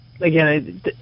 again